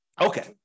Okay